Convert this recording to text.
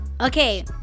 Okay